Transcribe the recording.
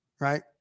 right